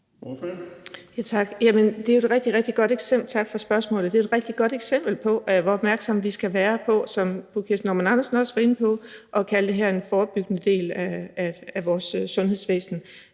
Tak for spørgsmålet. Det er et rigtig godt eksempel på, hvor opmærksomme vi skal være, som fru Kirsten Normann Andersen også var inde på, på at kalde det her en forebyggende del af vores sundhedsvæsen.